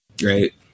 great